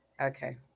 Okay